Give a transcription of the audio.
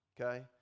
okay